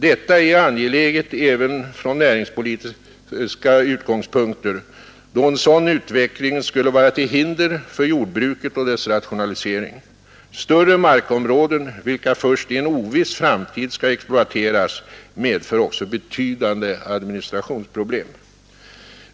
Detta är angeläget även från näringspolitiska utgångspunkter, då en sådan utveckling skulle vara till hinder för jordbruket och dess rationalisering. Större markområden, vilka först i en oviss framtid skall exploateras, medför också betydande administrationsproblem.